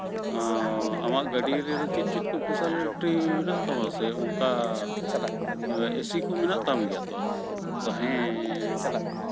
ᱟᱢᱟᱜ ᱜᱟᱹᱰᱤ ᱨᱮᱫᱚ ᱪᱮᱫ ᱪᱮᱫ ᱠᱚ ᱯᱷᱮᱥᱮᱞᱤᱴᱤ ᱢᱮᱱᱟᱜ ᱛᱟᱢᱟ ᱥᱮ ᱚᱱᱠᱟ ᱮ ᱥᱤ ᱠᱚ ᱢᱮᱱᱟᱜ ᱛᱟᱢ ᱜᱮᱭᱟ ᱛᱚ ᱛᱟᱦᱮᱸ